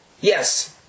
Yes